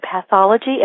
pathology